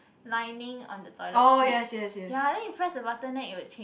lining on the toilet seat yeah then you press the button then it would change